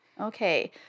okay